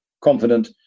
confident